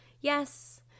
Yes